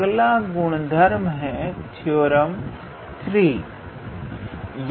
अगला गुणधर्म है थ्योरम 3